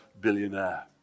billionaire